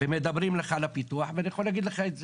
ומדברים לך על הפיתוח ואני יכול להגיד לך את זה.